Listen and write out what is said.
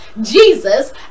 Jesus